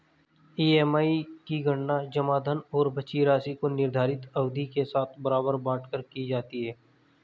EMI की गणना जमा धन और बची राशि को निर्धारित अवधि के साथ बराबर बाँट कर की जाती है